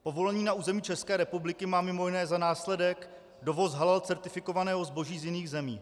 Povolení na území České republiky má mimo jiné za následek dovoz halal certifikovaného zboží z jiných zemí.